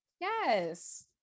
yes